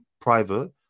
private